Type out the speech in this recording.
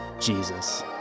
Jesus